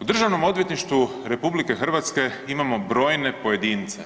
U Državnom odvjetništvu RH imamo brojne pojedince